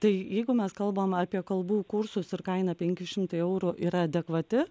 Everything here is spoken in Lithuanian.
tai jeigu mes kalbam apie kalbų kursus ir kaina penki šimtai eurų yra adekvati